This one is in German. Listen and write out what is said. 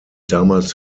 damals